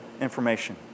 information